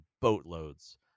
boatloads